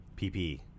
PPE